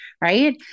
right